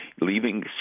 leaving